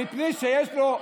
מפני שיש לו,